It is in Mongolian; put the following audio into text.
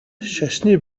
шашны